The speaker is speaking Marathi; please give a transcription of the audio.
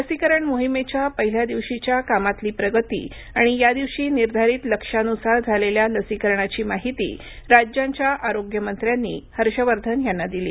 लसीकरण मोहिमेच्या पहिल्या दिवशीच्या कामातली प्रगती आणि यादिवशी निर्धारित लक्ष्यानुसार झालेल्या लसीकरणाची माहिती राज्यांच्या आरोग्यमंत्र्यांनी हर्षवर्धन यांना दिली